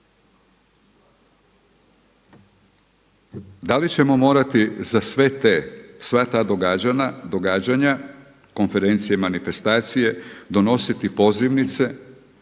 Da li ćemo morati za sve te, sva ta događanja, konferencije i manifestacije donositi pozivnice